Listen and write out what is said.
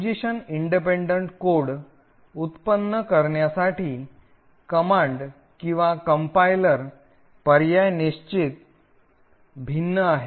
position स्वतंत्र code ऊत्पन्न करण्यासाठी कमांड किंवा कंपाईलर पर्याय किंचित भिन्न आहेत